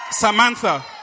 Samantha